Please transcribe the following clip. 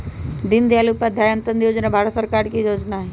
दीनदयाल उपाध्याय अंत्योदय जोजना भारत सरकार के जोजना हइ